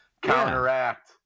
counteract